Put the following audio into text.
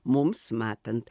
mums matant